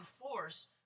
force